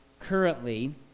currently